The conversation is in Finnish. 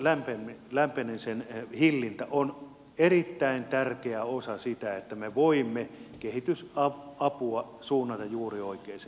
ilmaston lämpenemisen hillintä on erittäin tärkeä osa sitä että me voimme kehitysapua suunnata juuri oikeisiin kohteisiin